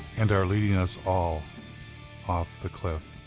and are leading us all off the cliff?